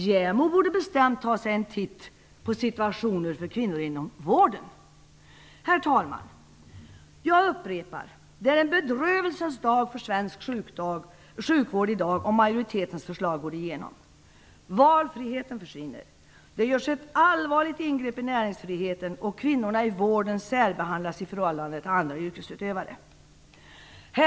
JämO borde bestämt ta sig en titt på situationen för kvinnor inom vården. Herr talman! Jag upprepar: Det är i dag en bedrövelsens dag för svensk sjukvård om majoritetens förslag går igenom. Valfriheten försvinner, det görs ett allvarligt ingrepp i näringsfriheten, och kvinnorna inom vården särbehandlas i förhållande till andra yrkesutövare.